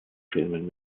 kinofilmen